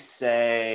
say